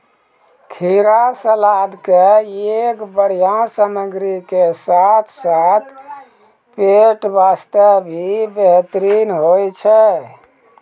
खीरा सलाद के एक बढ़िया सामग्री के साथॅ साथॅ पेट बास्तॅ भी बेहतरीन होय छै